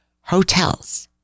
hotels